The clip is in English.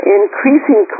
increasing